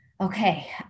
okay